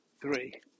three